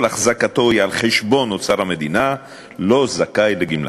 החזקתו היא על חשבון אוצר המדינה לא זכאי לגמלה.